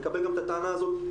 מקבל את הטענה הזאת.